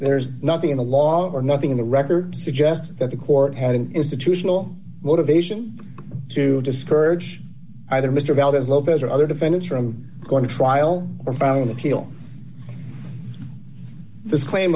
there's nothing in the law or nothing in the record suggests that the court had an institutional motivation to discourage either mr valdez lopez or other defendants from going to trial on appeal